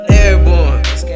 airborne